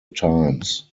times